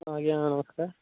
ହଁ ଆଜ୍ଞା ନମସ୍କାର